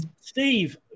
Steve